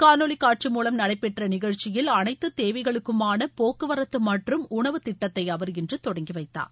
காணொலி காட்சி மூலம் நடைபெற்ற நிகழ்ச்சியில் அனைத்து தேவைகளுக்குமான போக்குவரத்து மற்றும் உணவுத் திட்டத்தை அவர் இன்று தொடங்கி வைத்தார்